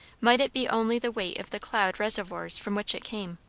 might it be only the weight of the cloud reservoirs from which it came.